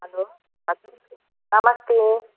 hello हजुर नमस्ते